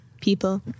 People